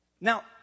Now